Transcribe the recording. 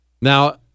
now